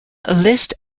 list